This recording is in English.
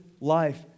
life